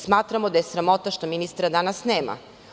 Smatramo da je sramota što ministra danas nema.